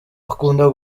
akunda